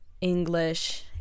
English